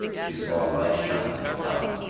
she saw a light shining in the tower,